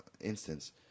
instance